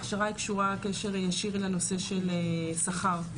הכשרה היא קשורה קשר ישיר לנושא של שכר.